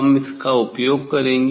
हम इसका उपयोग करेंगे